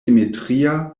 simetria